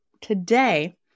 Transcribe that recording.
Today